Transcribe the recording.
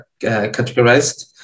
categorized